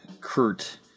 Kurt